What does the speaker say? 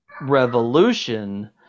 revolution